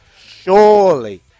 Surely